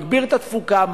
מגביר את התפוקה,